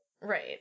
Right